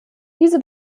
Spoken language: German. diese